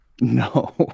no